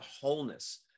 Wholeness